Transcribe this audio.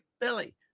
Billy